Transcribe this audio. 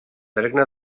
regne